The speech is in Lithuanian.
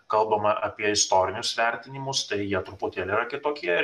kalbame apie istorinius vertinimus tai jie truputėlį yra kitokie